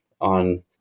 on